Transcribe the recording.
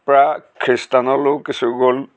প্ৰায় খ্ৰীষ্টানলৈও কিছুগ'ল